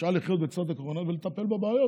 אפשר לחיות לצד הקורונה ולטפל בבעיות